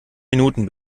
minuten